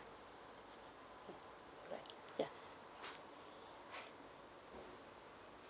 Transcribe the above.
mm alright ya